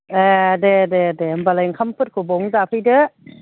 ए दे दे दे होमब्लालाय ओंखामफोरखौ बावनो जाफैदो